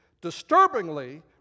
disturbingly